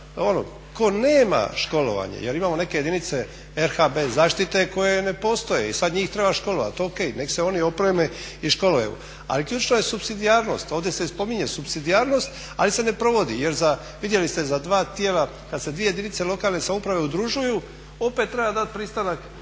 tko nema školovanje jer imamo neke jedinice RH bez zaštite koje ne postoje i sad njih treba školovati. O.k. Nek' se oni opreme i školuju, ali ključna je supsidijarnost. Ovdje se i spominje supsidijarnost ali se ne provodi, jer za, vidjeli ste za dva tijela, kad se dvije jedinice lokalne samouprave udružuju opet treba dati pristanak